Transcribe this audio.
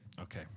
okay